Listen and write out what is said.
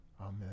Amen